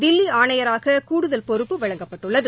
தில்லி ஆணையராக கூடுதல் பொறுப்பு வழங்கப்பட்டுள்ளது